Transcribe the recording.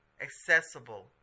accessible